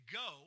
go